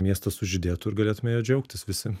miestas sužydėtų ir galėtume juo džiaugtis visi